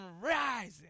rising